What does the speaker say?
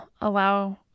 allow